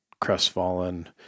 crestfallen